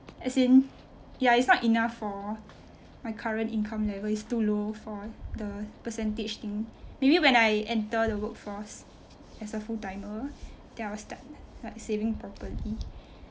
as in ya it's not enough for my current income level it's too low for the percentage thing maybe when I enter the workforce as a full timer then I would start like saving properly